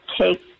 take